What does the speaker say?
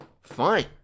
Fine